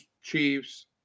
Chiefs